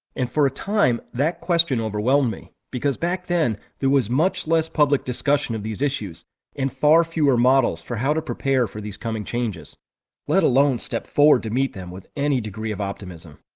and for a time, that question overwhelmed me, because back then, there was much less public discussion of these issues and far fewer models for how to prepare for these coming changes let alone step forward to meet them with any degree of optimism.